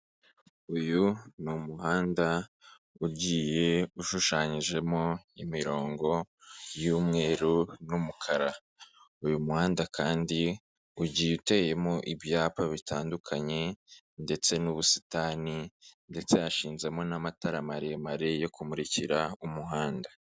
Uyu ni umuhanda ugiye ushushanyijemo imirongo y'umweru n'umukara, uyu muhanda kandi ugiye uteyemo ibyapa bitandukanye ndetse n'ubusitani ndetse hashinzemo n'amatara maremare yo kumurikira umuhanda.